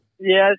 Yes